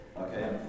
Okay